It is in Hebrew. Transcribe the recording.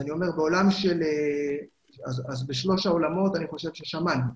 לגבי שלוש העולמות, אני חושב ששמענו.